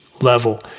level